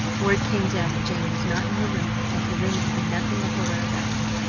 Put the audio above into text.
word came down that jane was not in her room and her roommate knew nothing of her whereabouts.